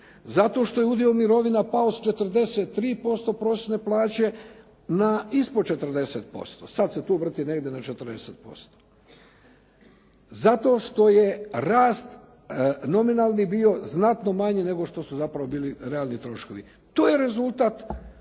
zato što je udio mirovina pao s 43% prosječne plaće na ispod 40%. Sada se tu vrti negdje na 40%. Zato što je rast nominalni bio znatno manji, nego što su zapravo bili realni troškovi. To je rezultat